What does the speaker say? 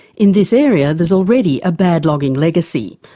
in this area there's already a bad logging legacy.